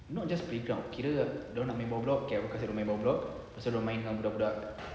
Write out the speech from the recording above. not just playground kira dorang nak main bawah blok okay aku kasi dia main bawah blok lepastu dorang main dengan budak budak